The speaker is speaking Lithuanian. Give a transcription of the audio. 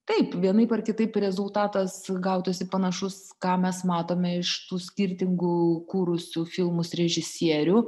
taip vienaip ar kitaip rezultatas gautųsi panašus ką mes matome iš tų skirtingų kūrusių filmus režisierių